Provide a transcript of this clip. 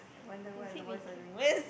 is it weekend